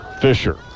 Fisher